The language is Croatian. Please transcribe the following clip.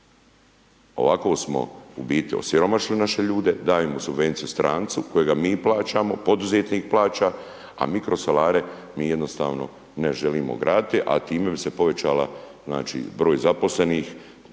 Ovako smo u biti osiromašili naše ljude, dajemo subvenciju strancu kojega mi plaćamo, poduzetnik plaća, a mikrosolare mi jednostavno ne želimo graditi, a time bi se povećala, znači, broj zaposlenih,